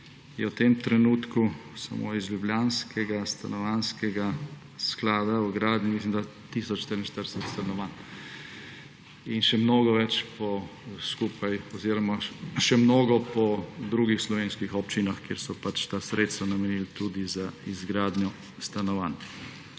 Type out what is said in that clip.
v tem trenutku samo iz ljubljanskega stanovanjskega sklada v gradnji 1044 stanovanj in še mnogo po drugih slovenskih občinah, kjer so ta sredstva namenili tudi za izgradnjo stanovanj.